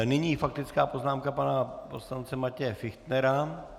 Nyní faktická poznámka pana poslance Matěje Fichtnera.